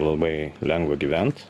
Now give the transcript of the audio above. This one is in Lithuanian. labai lengva gyvent